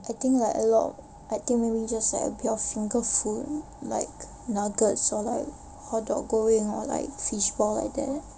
I think like a lot I think maybe just like your finger food like nuggets or like hotdog goreng or like fishball like that